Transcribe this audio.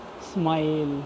smile